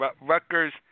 Rutgers